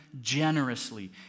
generously